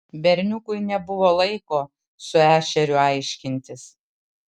berniukui nebuvo laiko su ešeriu aiškintis